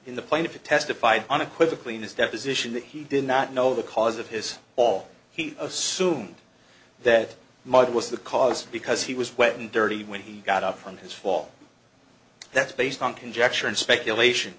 in the plaintiff it testified unequivocal in his deposition that he did not know the cause of his all he assume that mud was the cause because he was wet and dirty when he got up from his fall that's based on conjecture and speculation